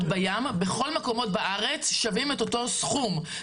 בים בכל המקומות בארץ שווים את אותו סכום.